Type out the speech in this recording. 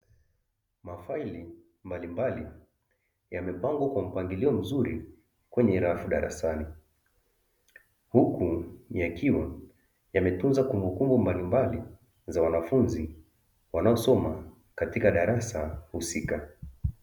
Mafaili mbalimbali yamepangwa kwa mpangilio mzuri kwenye rafu darasani, huku yakiwa yametunza kumbukumbu mbalimbali za wanafunzi wanaosoma katika darasa husika.